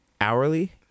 hourly